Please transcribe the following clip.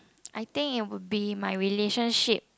I think it would be my relationship